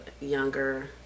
younger